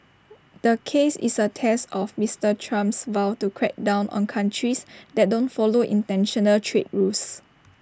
the case is A test of Mister Trump's vow to crack down on countries that don't follow International trade rules